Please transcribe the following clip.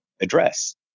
address